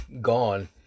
gone